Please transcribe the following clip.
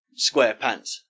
SquarePants